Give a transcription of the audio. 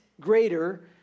greater